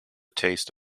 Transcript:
taste